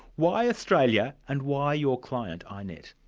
why australia, and why your client, ah iinet?